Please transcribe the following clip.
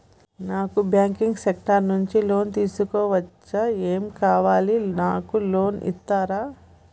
నాకు banking sector నుంచి loan తీసుకోవచ్చా? ఏమేం కావాలి? నాకు లోన్ ఇస్తారా?